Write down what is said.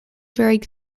varied